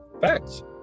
Facts